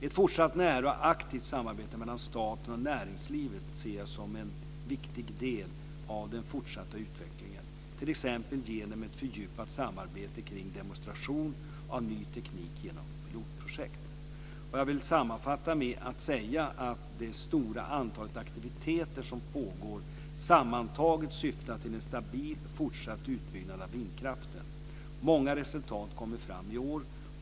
Ett fortsatt nära och aktivt samarbete mellan staten och näringslivet ser jag som en viktig del av den fortsatta utvecklingen, t.ex. genom ett fördjupat samarbete kring demonstration av ny teknik genom pilotprojekt. Jag vill sammanfatta med att säga att det stora antalet aktiviteter som pågår sammantaget syftar till en stabil fortsatt utbyggnad av vindkraften. Många resultat kommer fram i år.